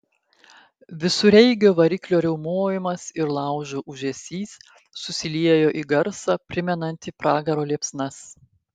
visureigio variklio riaumojimas ir laužo ūžesys susiliejo į garsą primenantį pragaro liepsnas